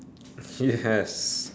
yes